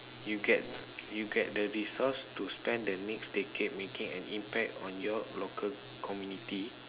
you get the resource to spend the next decade making an impact on your local community